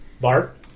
Bart